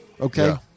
okay